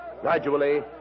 Gradually